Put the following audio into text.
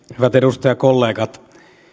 edustajakollegat